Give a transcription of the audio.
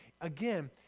again